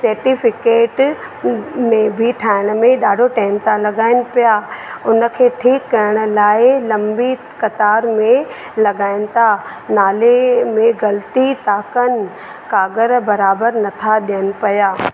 certificate में बि ठाहिण में ॾाढो टाइम था लॻाइनि पिया उन खे ठीक करण लाइ लंबी कतार में लॻाइनि था नाले में ग़लती था कनि काॻर बराबर नथा ॾियनि पिया